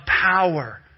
power